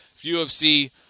UFC